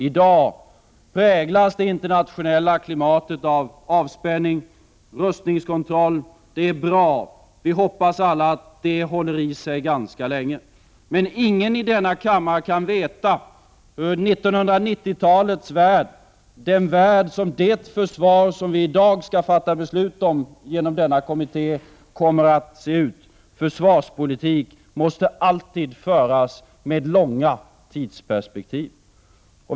I dag präglas det internationella klimatet av avspänning och rustningskontroll. Det är bra. Vi hoppas alla att det håller i sig ganska länge. Men ingen i denna kammare kan veta hur 1990-talets värld kommer att se ut. Det är försvaret för den världen som vi i dag skall fatta beslut om genom denna kommitté. Försvarspolitik måste alltid föras med långa tidsperspektiv.